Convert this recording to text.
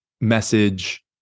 message